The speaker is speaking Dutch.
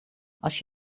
als